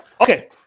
Okay